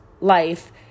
life